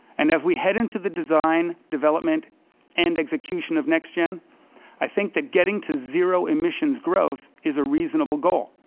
and as we head into the design, development and execution of nextgen, i think that getting to zero emissions growth is a reasonable goal.